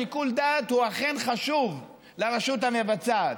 שיקול דעת הוא אכן חשוב לרשות המבצעת,